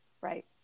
Right